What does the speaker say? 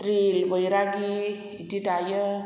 द्रिल बैरागि बिदि दायो